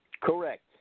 Correct